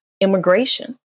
immigration